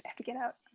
and to get out.